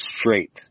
straight